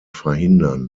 verhindern